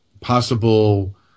possible